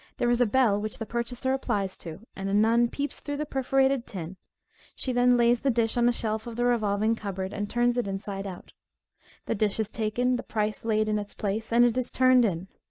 there is a bell which the purchaser applies to, and a nun peeps through the perforated tin she then lays the dish on a shelf of the revolving cupboard, and turns it inside out the dish is taken, the price laid in its place, and it is turned in.